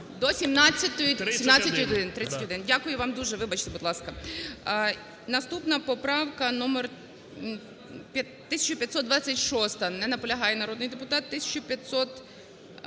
До 1731. Дякую вам дуже. Вибачте, будь ласка. Наступна поправка номер 1526. Не наполягає народний депутат. 1527-а.